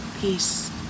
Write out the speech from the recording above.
peace